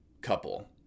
couple